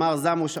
אמר זמוש,